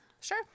Sure